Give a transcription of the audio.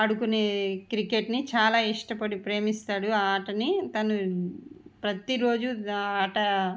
ఆడుకునే క్రికెట్ని చాలా ఇష్టపడి ప్రేమిస్తాడు ఆ ఆటని తను ప్రతీ రోజు ఆ ఆట